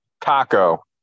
taco